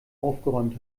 aufgeräumt